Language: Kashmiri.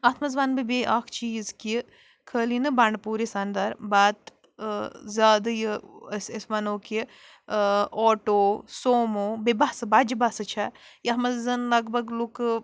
اَتھ منٛز وَنہٕ بہٕ بیٚیہِ اَکھ چیٖز کہِ خٲلی نہٕ بَنٛڈٕ پوٗرِس اَندَر بَت زیادٕ یہِ أسۍ أسۍ وَنو کہِ آٹو سومو بیٚیہِ بَسہٕ بَجہِ بَسہٕ چھےٚ یَتھ منٛز زَنہٕ لَگ بَگ لُکہٕ